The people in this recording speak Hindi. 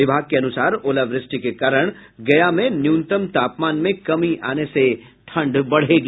विभाग के अनुसार ओलावृष्टि के कारण गया में न्यूनतम तापमान में कमी आने से ठंड बढ़ेगी